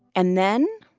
and then